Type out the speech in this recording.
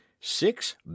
six